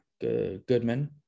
Goodman